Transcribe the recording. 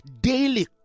daily